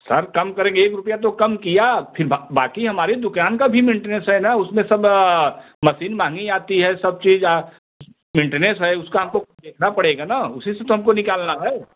sir कम करेंगे एक रुपये तो काम किया फिर बाक़ी हमारी दुकान का भी मेंटेनेंस है ना उसमें सब मसीन महंगी आती है सब चीज़ मेंटेनेंस है उसका हमको देखना पड़ेगा ना उसी से तो हमको निकालना है